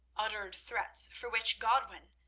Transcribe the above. uttered threats for which godwin,